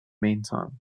meantime